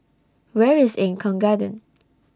Where IS Eng Kong Garden